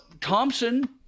Thompson